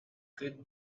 good